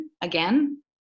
again